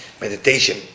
meditation